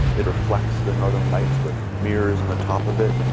it reflects the northern lights with mirrors on the top of it,